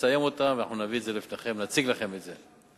נסיים אותן ונביא את זה לפניכם, נציג לכם את זה.